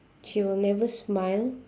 she will never smile